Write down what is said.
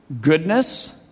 goodness